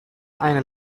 eine